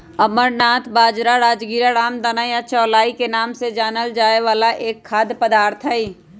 amaranth बाजरा, राजगीरा, रामदाना या चौलाई के नाम से जानल जाय वाला एक खाद्य पदार्थ हई